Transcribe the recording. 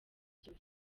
byose